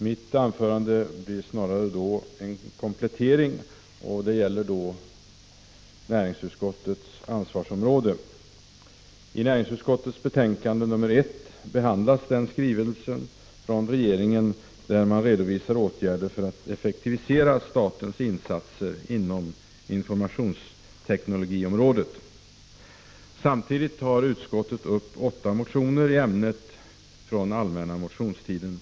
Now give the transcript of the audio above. Mitt anförande blir en komplettering och handlar om näringsutskottets ansvarsområde. I näringsutskottets betänkande 1 behandlas en skrivelse från regeringen, där åtgärder redovisas för att effektivisera statens insatser inom informationsteknologiområdet. Samtidigt tar utskottet upp till behandling åtta motioner i ämnet från den allmänna motionstiden.